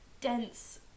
dense